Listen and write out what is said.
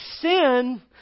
sin